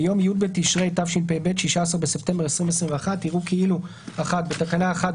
ביום י' בתשרי התשפ"ב (16 בספטמבר 2021) יראו כאילו - בתקנה 1,